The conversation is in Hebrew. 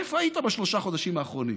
איפה היית בשלושת החודשים האחרונים?